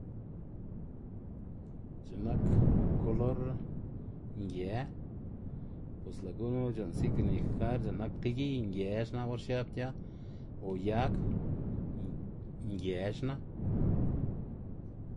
X̱i'k nak kolor nge bos lë' gunu c̲h̲u'nn signifikar c̲h̲ik nak tib giy nge xna or xiab gia o yan nge xna.